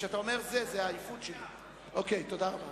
תודה רבה